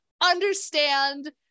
understand